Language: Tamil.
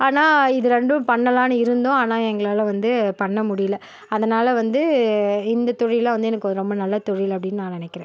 ஆனால் இது ரெண்டும் பண்ணலான்னு இருந்தோம் ஆனால் எங்களால் வந்து பண்ண முடியிலை அதனால் வந்து இந்த தொழில்லாம் வந்து எனக்கு ரொம்ப நல்ல தொழில் அப்படின் நான் நினைக்கிறேன்